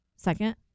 second